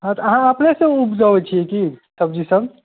आओर अहाँ अपनेसँ उपजाबै छिए कि सब्जीसब